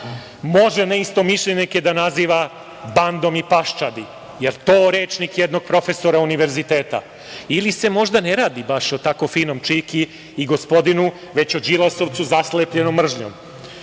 može neistomišljenike da naziva bandom i paščadi, da li je to rečnik jednog profesora univerziteta, ili se možda ne radi o baš tako finom čiki i gospodinu, već o Đilasovcu zaslepljenom mržnjom. Da